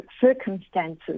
circumstances